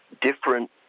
different